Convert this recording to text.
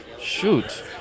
Shoot